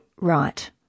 right